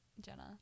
Jenna